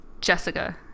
Jessica